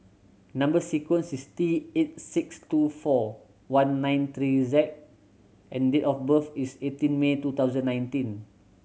number sequence is T eight six two four one nine three Z and date of birth is eighteen May two thousand nineteen